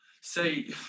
say